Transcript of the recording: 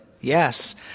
Yes